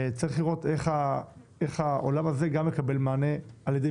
צריך לראות איך העולם הזה גם מקבל מענה על ידי